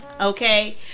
Okay